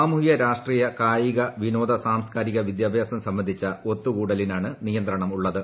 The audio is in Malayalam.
സാമൂഹൃ രാഷ്ട്രീയ കായിക വിനോദ സാംസ്കാരിക വിദ്യാഭ്യാസം സംബന്ധിച്ച ഒത്തുകൂടലിനാണ് നിയന്ത്രണം ഉള്ളത്